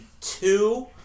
two